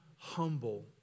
humble